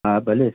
हा भले